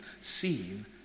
seen